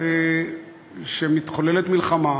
שמתחוללת מלחמה,